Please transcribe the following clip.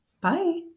Bye